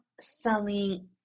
selling